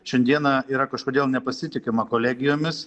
šiandieną yra kažkodėl nepasitikima kolegijomis